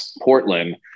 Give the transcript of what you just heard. Portland